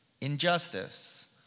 injustice